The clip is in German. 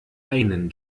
einen